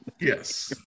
Yes